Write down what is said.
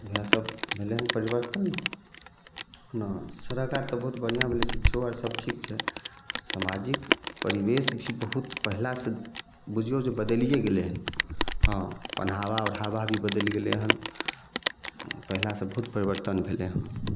इएह सब भेलै परिबर्तन सड़क आर तऽ बहुत बढ़िआँ बनलै छै शिक्षो आर सब ठीक छै समाजिक परिबेश भी बहुत पहिले से बुझियौ जे बदलिए गेलै हँ पहनाबा ओढ़ाबा भी बदलि गेलै हन पहिले से बहुत परिबर्तन भेलै हन